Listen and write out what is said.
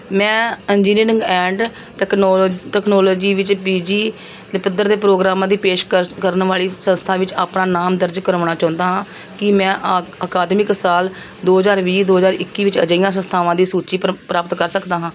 ਮੈਂ engineering and ਤਕਨੌ technology ਵਿੱਚ ਪੀ ਜੀ ਦੇ ਪੱਧਰ ਦੇ ਪ੍ਰੋਗਰਾਮਾਂ ਦੀ ਪੇਸ਼ਕਸ਼ ਕਰਨ ਵਾਲੀ ਸੰਸਥਾ ਵਿੱਚ ਆਪਣਾ ਨਾਮ ਦਰਜ ਕਰਵਾਉਣਾ ਚਾਹੁੰਦਾ ਹਾਂ ਕੀ ਮੈਂ ਆ ਅਕਾਦਮਿਕ ਸਾਲ ਦੋ ਹਜ਼ਾਰ ਵੀਹ ਦੋ ਹਜ਼ਾਰ ਇੱਕੀ ਵਿੱਚ ਅਜਿਹੀਆਂ ਸੰਸਥਾਵਾਂ ਦੀ ਸੂਚੀ ਪ੍ਰਾ ਪ੍ਰਾਪਤ ਕਰ ਸਕਦਾ ਹਾਂ